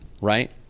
right